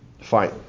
fine